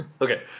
Okay